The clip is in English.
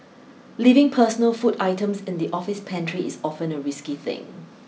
leaving personal food items in the office pantry is often a risky thing